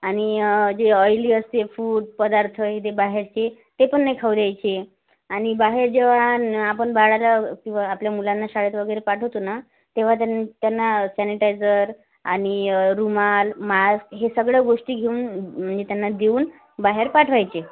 आणि जे ऑयली असते फूड पदार्थ हे जे बाहेरचे ते पण नाही खाऊ द्यायचे आणि बाहेर जेव्हा ना आपण बाळाला किंवा आपल्या मुलांना शाळेत वगैरे पाठवतो ना तेव्हा त्यां त्यांना सॅनिटायजर आणि रुमाल मास्क हे सगळ्या गोष्टी घेऊन म्हणजे त्यांना देऊन बाहेर पाठवायचे